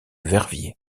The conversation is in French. verviers